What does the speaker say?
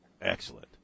Excellent